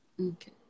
Okay